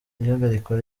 ihagarikwa